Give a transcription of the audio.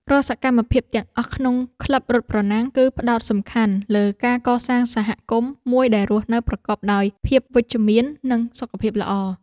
រាល់សកម្មភាពទាំងអស់ក្នុងក្លឹបរត់ប្រណាំង គឺផ្ដោតសំខាន់លើការកសាងសហគមន៍មួយដែលរស់នៅប្រកបដោយភាពវិជ្ជមាន និងសុខភាពល្អ។